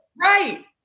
right